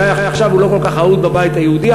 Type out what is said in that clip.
אולי עכשיו הוא לא כל כך אהוד בבית היהודי,